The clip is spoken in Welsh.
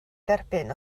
dderbyn